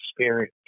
Spirit